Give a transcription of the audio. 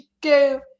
go